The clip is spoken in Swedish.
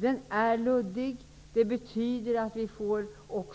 Den är luddig, och